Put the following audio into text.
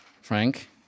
Frank